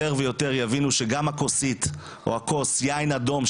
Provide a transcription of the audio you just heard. יותר ויותר יבינו שגם הכוסית או כוס היין האדום,